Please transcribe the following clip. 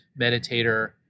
meditator